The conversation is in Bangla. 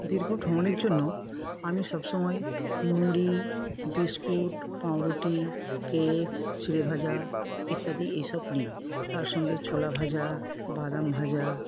দীর্ঘ ভ্রমণের জন্য আমি সবসময় মুড়ি বিস্কুট পাঁউরুটি কেক চিঁড়ে ভাজা ইত্যাদি এইসব নিই তার সঙ্গে ছোলা ভাজা বাদাম ভাজা